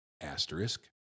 Asterisk